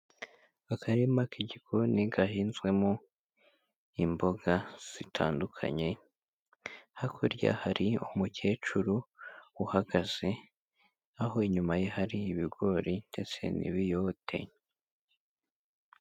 Akarima k'igikoni gahinzwemo imboga zitandukanye, hakurya hari umukecuru uhagaze, aho inyuma ye hari ibigori ndetse n'ibiyote.